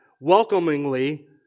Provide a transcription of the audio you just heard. welcomingly